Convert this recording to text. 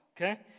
okay